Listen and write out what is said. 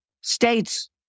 state's